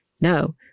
No